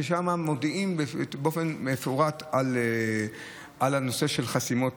ששם מודיעים באופן מפורט על הנושא של חסימות